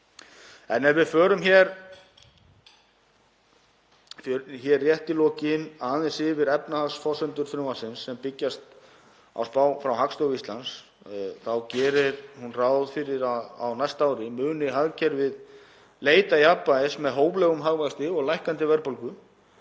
Ef við förum rétt í lokin aðeins yfir efnahagsforsendur frumvarpsins sem byggjast á spá frá Hagstofu Íslands þá gerir hún ráð fyrir að á næsta ári muni hagkerfið leita jafnvægis með hóflegum hagvexti og lækkandi verðbólgu.